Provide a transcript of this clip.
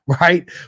Right